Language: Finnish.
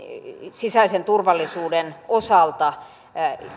sisäisen turvallisuuden osalta